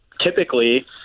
typically